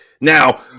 Now